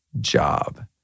job